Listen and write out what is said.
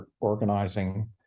organizing